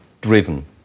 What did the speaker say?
driven